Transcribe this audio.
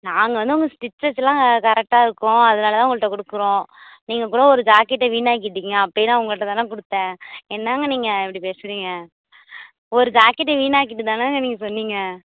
நாங்கள் வந்து உங்கள் ஸ்டிச்சஸ் எல்லாம் கரெக்டாக இருக்கும் அதனால் தான் உங்கள்கிட்ட கொடுக்குறோம் நீங்கள் கூட ஒரு ஜாக்கெட்டை வீணாக்கிட்டிங்க அப்பையும் நான் உங்கள்கிட்ட தானே கொடுத்தேன் என்னாங்க நீங்கள் இப்படி பேசுறிங்க ஒரு ஜாக்கெட்டை வீணாக்கிவிட்டு தானங்க நீங்கள் சொன்னிங்க